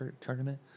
tournament